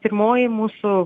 pirmoji mūsų